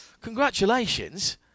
congratulations